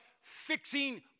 fixing